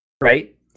right